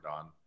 on